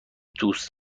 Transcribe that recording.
دوست